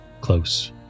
close